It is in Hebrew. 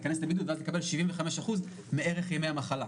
להיכנס לבידוד ואז לקבל שבעים וחמישה אחוז מערך ימי המחלה.